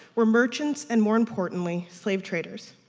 were merchants and more importantly slave traders.